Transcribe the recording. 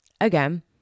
again